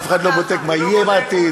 אף אחד לא בודק מה יהיה בעתיד.